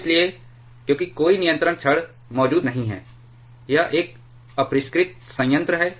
इसलिए क्योंकि कोई नियंत्रण छड़ मौजूद नहीं है यह एक अपरिष्कृत संयंत्र है